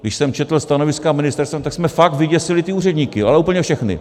Když jsem četl stanoviska ministerstev, tak jsme fakt vyděsili ty úředníky, ale úplně všechny.